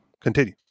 Continue